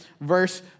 verse